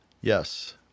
Yes